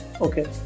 Okay